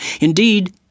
Indeed